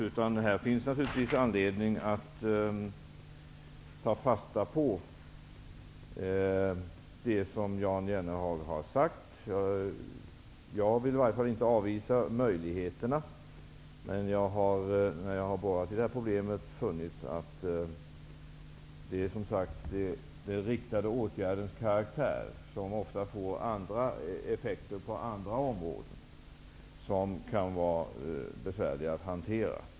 Det finns naturligtvis anledning att ta fasta på det som Jan Jennehag har sagt. Jag vill i varje fall inte avvisa möjligheterna. Jag har emellertid, när jag har undersökt det här problemet, funnit att den riktade åtgärdens karaktär ofta ger effekter på andra områden och som kan vara besvärliga att hantera.